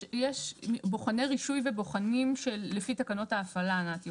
יש בוחני רישוי ובוחנים שלפי תקנות ההפעלה, נתי.